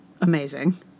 amazing